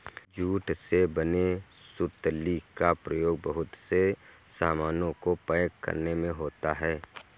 jute से बने सुतली का प्रयोग बहुत से सामानों को पैक करने में होता है